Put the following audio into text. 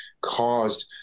caused